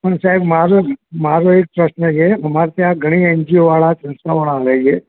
પણ સાહેબ મારો મારો એક પ્રશ્ન છે અમારે ત્યાં ઘણી એન જી ઓવાળા સંસ્થાવાળા આવે છે